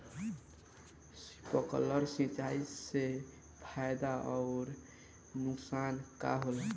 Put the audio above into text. Sprinkler सिंचाई से फायदा अउर नुकसान का होला?